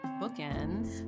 bookends